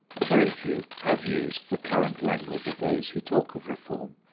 a very few have used the current language of those who talk of reform,